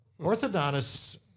orthodontists